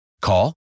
Call